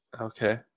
Okay